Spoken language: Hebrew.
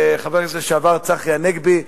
חבר הכנסת לשעבר צחי הנגבי,